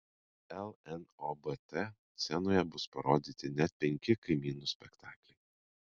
lnobt scenoje bus parodyti net penki kaimynų spektakliai